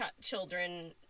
children